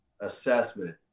assessment